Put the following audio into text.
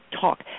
talk